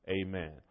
Amen